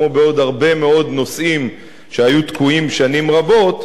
כמו בעוד הרבה מאוד נושאים שהיו תקועים שנים רבות,